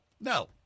No